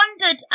wondered